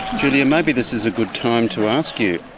julia, maybe this is a good time to ask you,